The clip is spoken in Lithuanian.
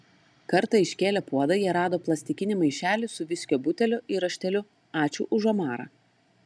kartą iškėlę puodą jie rado plastikinį maišelį su viskio buteliu ir rašteliu ačiū už omarą